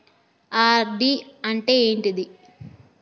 RD అంటే ఏంటిది?